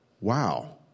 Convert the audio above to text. wow